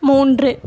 மூன்று